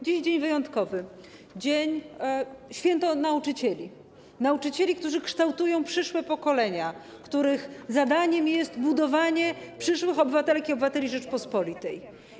Dziś dzień wyjątkowy, święto nauczycieli - nauczycieli, którzy kształtują przyszłe pokolenia i których zadaniem jest kształtowanie przyszłych obywatelek i obywateli Rzeczypospolitej.